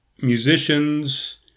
musicians